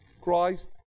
christ